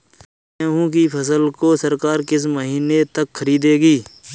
गेहूँ की फसल को सरकार किस महीने तक खरीदेगी?